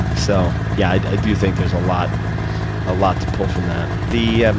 and so, yeah. i do think there's a lot ah lot to pull from that. the